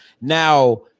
now